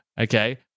okay